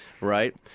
Right